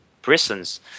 Prisons